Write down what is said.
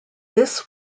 this